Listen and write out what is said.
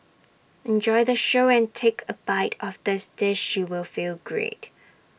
enjoy the show and take A bite of this dish you will feel great